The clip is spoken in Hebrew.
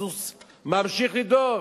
הסוס ממשיך לדהור.